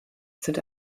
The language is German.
sind